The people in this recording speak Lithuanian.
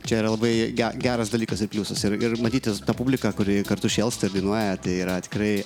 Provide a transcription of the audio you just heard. čia yra labai ger geras dalykas ir pliusas ir ir matytis ta publika kuri kartu šėlsta ir dainuoja tai yra tikrai